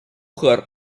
her